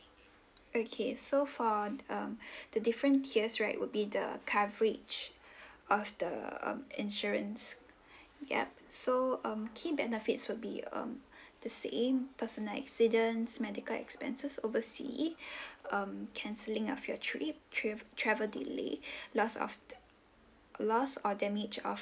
okay so for the um the different tiers right would be the coverage of the um insurance yup so um key benefits would be um the same personal accidents medical expenses oversea um cancelling of your trip trav~ travel delay lost of the lost or damage of